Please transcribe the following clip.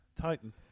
Titan